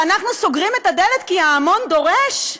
ואנחנו סוגרים את הדלת כי ההמון דורש,